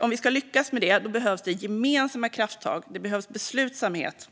Om vi ska lyckas med det behövs gemensamma krafttag och beslutsamhet.